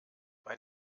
bei